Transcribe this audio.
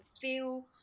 feel